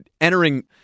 entering